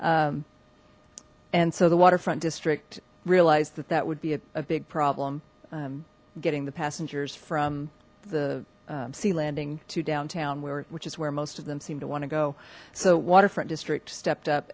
expense and so the waterfront district realized that that would be a big problem getting the passengers from the sea landing to downtown where which is where most of them seem to want to go so waterfront district stepped up